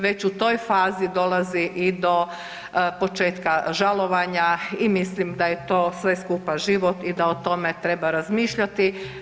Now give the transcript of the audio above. Već u toj fazi dolazi i do početka žalovanja i mislim da je to sve skupa život i da o tome treba razmišljati.